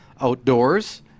outdoors